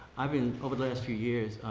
i've been over the last few years,